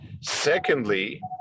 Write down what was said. Secondly